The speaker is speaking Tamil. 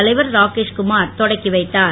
தலைவர் ராகேஷ் குமார் தொடக்கி வைத்தார்